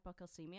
hypocalcemia